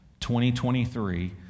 2023